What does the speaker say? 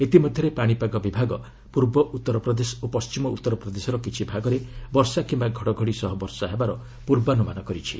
ଇତିମଧ୍ୟରେ ପାଣିପାଗ ବିଭାଗ ପୂର୍ବ ଉତ୍ତର ପ୍ରଦେଶ ଓ ପଣ୍ଢିମ ଉତ୍ତର ପ୍ରଦେଶର କିଛି ଭାଗରେ ବର୍ଷା କିମ୍ବା ଘଡ଼ଘଡ଼ି ସହ ବର୍ଷା ହେବାର ପୂର୍ବାନୁମାନ କରିଛି